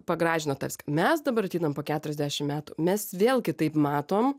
pagražino tą viską mes dabar ateinam po keturiasdešimt metų mes vėl kitaip matom